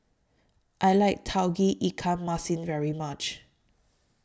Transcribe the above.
I like Tauge Ikan Masin very much